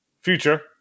future